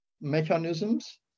mechanisms